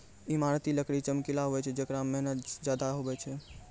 ईमारती लकड़ी चमकिला हुवै छै जेकरा मे मेहनत ज्यादा हुवै छै